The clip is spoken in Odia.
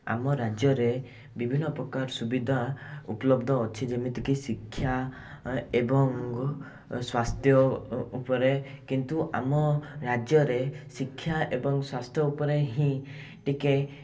ଆମ ରାଜ୍ୟରେ ବିଭିନ୍ନପ୍ରକାର ସୁବିଧା ଉପଲବ୍ଧ ଅଛି ଯେମିତିକି ଶିକ୍ଷା ଏ ଏବଂ ସ୍ୱାସ୍ଥ୍ୟ ଉପରେ କିନ୍ତୁ ଆମ ରାଜ୍ୟରେ ଶିକ୍ଷା ଏବଂ ସ୍ୱାସ୍ଥ୍ୟ ଉପରେ ହିଁ ଟିକିଏ